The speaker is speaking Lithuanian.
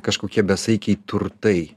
kažkokie besaikiai turtai